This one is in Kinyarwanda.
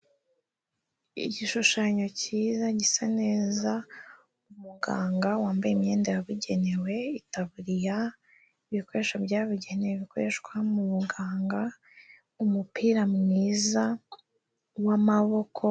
Igishushanyo cyiza gisa neza, umuganga wambaye imyenda yabugenewe, itaburiya, ibikoresho byabugenewe bikoreshwa mu buganga, umupira mwiza w'amaboko.